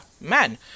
man